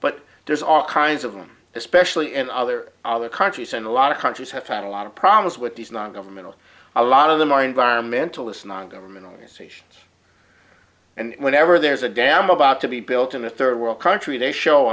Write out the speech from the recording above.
but there's all kinds of them especially in other other countries and a lot of countries have had a lot of problems with these non governmental a lot of them are environmentalists non government organizations and whenever there's a damn about to be built in a third world country they show